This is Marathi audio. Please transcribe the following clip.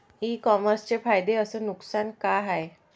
इ कामर्सचे फायदे अस नुकसान का हाये